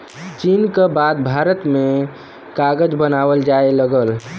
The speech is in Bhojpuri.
चीन क बाद भारत में कागज बनावल जाये लगल